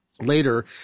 later